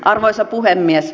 arvoisa puhemies